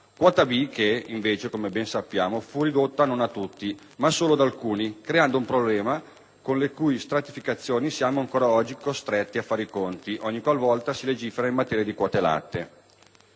Quota B che, invece, come ben sappiamo, fu ridotta non a tutti, ma solo ad alcuni, creando un problema, con le cui stratificazioni siamo, ancora oggi, costretti a fare i conti, ogni qualvolta si legifera in materia di quote latte.